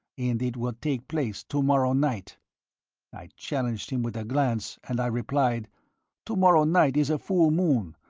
and it will take place to-morrow night i challenged him with a glance and i replied to-morrow night is a full moon,